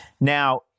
Now